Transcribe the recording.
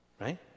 Right